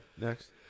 next